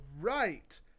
right